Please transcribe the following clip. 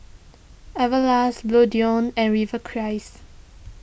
Everlast Bluedio and Rivercrest